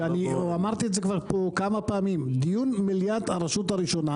אמרתי את זה פה כבר כמה פעמים: דיון מליאת הרשות הראשונה